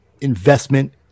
investment